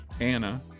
Anna